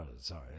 Sorry